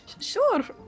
Sure